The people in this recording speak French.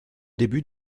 début